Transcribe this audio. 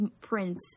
Prince